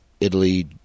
Italy